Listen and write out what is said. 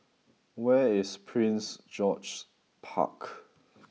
where is Prince George's Park